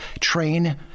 train